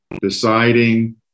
deciding